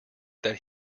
that